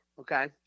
Okay